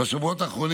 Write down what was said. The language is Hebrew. בשבועות האחרונים,